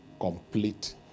complete